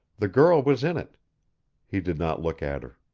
the girl was in it he did not look at her.